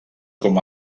com